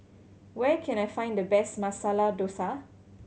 where can I find the best Masala Dosa